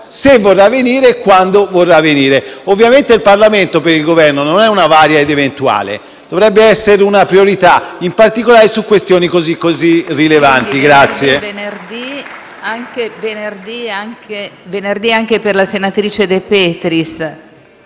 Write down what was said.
dirci se e quando vorrà venire. Ovviamente il Parlamento, per il Governo, non è qualcosa di vario ed eventuale, ma dovrebbe essere una priorità, in particolare su questioni così rilevanti.